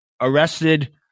arrested